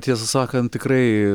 tiesą sakant tikrai